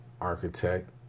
architect